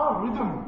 rhythm